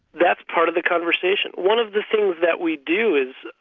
that's part of the conversation. one of the things that we do is,